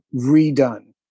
redone